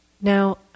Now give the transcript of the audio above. Now